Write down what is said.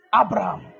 Abraham